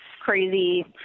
crazy